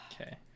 Okay